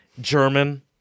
German